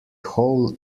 hole